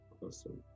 Awesome